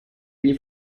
gli